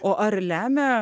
o ar lemia